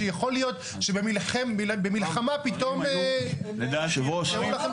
שיכול להיות שבמלחמה פתאום ------ הוא אומר,